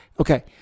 okay